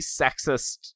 sexist